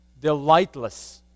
delightless